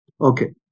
Okay